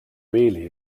really